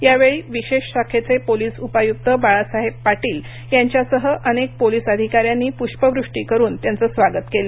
या वेळी विशेष शाखेचे पोलीस उपायूक्त बाळासाहेब पाटील यांच्यासह अनेक पोलीस अधिकाऱ्यांनी पृष्पवृष्टी करून स्वागत केलं